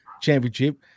championship